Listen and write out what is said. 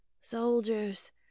soldiers